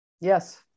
Yes